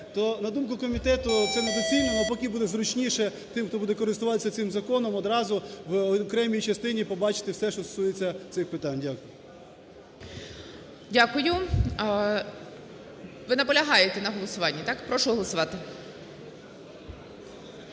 то, на думку комітету, це недоцільно. Но поки буде зручніше тим, хто буде користуватися цим законом, одразу в окремій частині побачити все, що стосується цих питань. Дякую. ГОЛОВУЮЧИЙ. Дякую. Ви наполягаєте на голосуванні, так? Прошу голосувати.